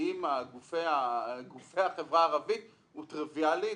עם גופי החברה הערבית היא טריוויאלית.